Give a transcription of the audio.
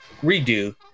redo